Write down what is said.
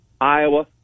Iowa